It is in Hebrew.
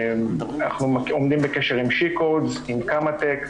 אנחנו עומדים בקשר עם she coeds, עם קמאטק,